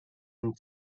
and